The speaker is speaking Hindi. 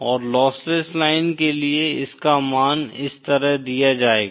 और लॉसलेस लाइन के लिए इसका मान इस तरह दिया जाएगा